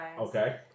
Okay